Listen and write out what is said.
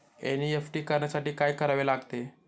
NEFT करण्यासाठी काय करावे लागते?